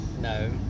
No